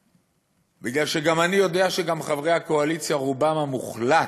כי גם אני יודע שגם חברי הקואליציה, רובם המוחלט,